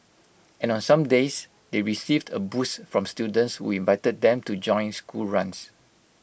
and on some days they received A boost from students who invited them to join school runs